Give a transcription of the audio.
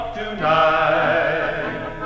tonight